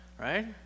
Right